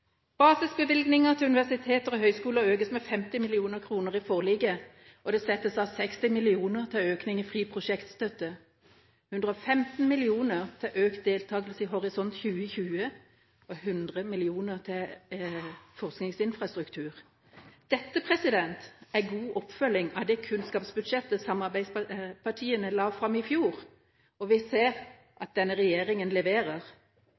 basisbevilgningene til universiteter og høyskoler med 50 mill. kr i forliket, og det settes av 60 mill. kr i økning til fri prosjektstøtte, 115 mill. kr til økt deltakelse i Horisont 2020 og 100 mill. kr til forskningsinfrastruktur. Dette er god oppfølging av det kunnskapsbudsjettet samarbeidspartiene la fram i fjor, og vi ser at denne regjeringa leverer.